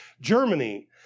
Germany